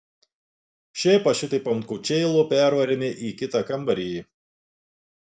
šėpą šitaip ant kočėlo pervarėme į kitą kambarį